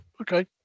okay